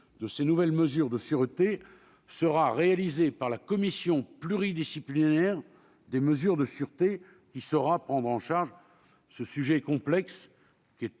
de ces nouvelles mesures de sûreté sera réalisée par la commission pluridisciplinaire des mesures de sûreté, qui saura prendre en charge ce sujet complexe